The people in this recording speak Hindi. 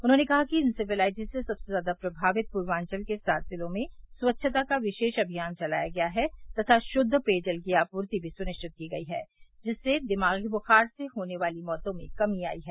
उन्होंने कहा कि इंसेप्लाइटिस से सबसे ज्यादा प्रभावित पूर्वाचल के सात जिलों में स्वच्छता का विशेष अभियान चलाया गया है तथा शुद्ध पेयजल की आपूर्ति भी सुनिश्वित की गई है जिससे दिमागी बुखार से होने वाली मौतों में कमी आयी है